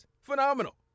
Phenomenal